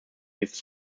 these